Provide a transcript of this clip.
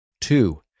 Two